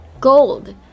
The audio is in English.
Gold